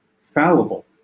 fallible